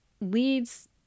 leads